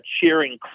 cheering